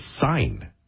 sign